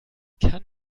kann